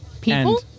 people